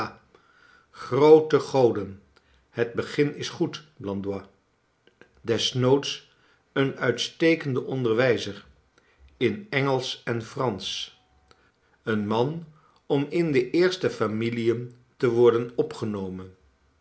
groote go den het begin is goed blandois desnoods een uitstekende onderwijzer in engelsch en eransch een man om in de eerste familien te worden opgenomen